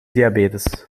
diabetes